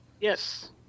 Yes